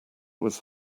was